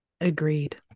Agreed